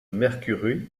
mercury